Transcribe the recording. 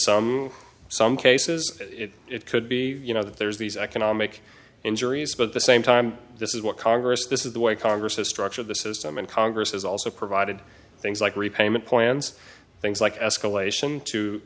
some some cases it could be you know that there's these economic injuries but the same time this is what congress this is the way congress is structured the system and congress has also provided things like repayment plans things like escalation to